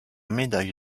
médaille